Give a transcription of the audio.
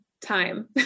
time